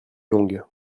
longues